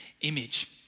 image